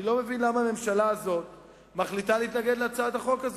אני לא מבין למה הממשלה הזאת מחליטה להתנגד להצעת החוק הזאת.